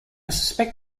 suspect